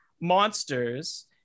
monsters